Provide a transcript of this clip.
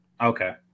Okay